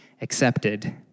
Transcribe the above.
accepted